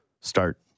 start